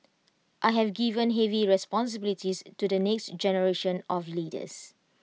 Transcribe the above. I have given heavy responsibilities to the next generation of leaders